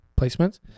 placements